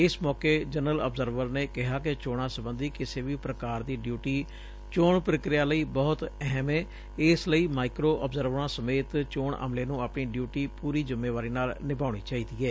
ਇਸ ਮੌਕੇ general observer ਨੇ ਕਿਹਾ ਕਿ ਚੋਣਾਂ ਸਬੰਧੀ ਕਿਸੇ ਵੀ ਪੁਕਾਰ ਦੀ ਡਿਉਟੀ ਚੋਣ ਪੁਕ੍ਿਆ ਲਈ ਬਹੁਤ ਅਹਿਮ ਏ ਇਸ ਲਈ ਮਾਈਕੋ ਅਬਜ਼ਰਵਰਾਂ ਸਮੇਤ ਚੋਣ ਅਮਲੇ ਨੂੰ ਆਪਣੀ ਡਿਊਟੀ ਪੁਰੀ ਜ਼ਿਮੇਵਾਰੀ ਨਾਲ ਨਿਭਾਉਣੀ ਚਾਹੀਦੀ ਏ